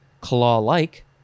Claw-like